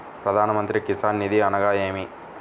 ప్రధాన మంత్రి కిసాన్ నిధి అనగా నేమి?